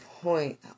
point